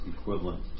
equivalent